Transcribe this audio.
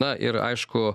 na ir aišku